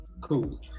cool